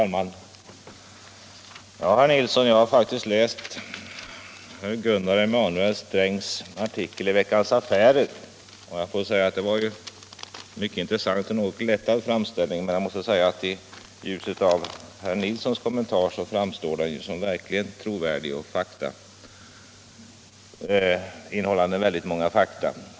Herr talman! Jag har faktiskt läst Gunnar Emanuel Strängs artikel i Veckans Affärer, herr Nilsson i Kalmar. Jag får säga att det var en mycket intressant men något glättad framställning. I ljuset av herr Nils sons kommentarer framstår den dock som verkligt trovärdig och innehållande en mängd fakta.